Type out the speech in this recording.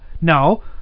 no